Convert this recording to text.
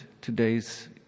today's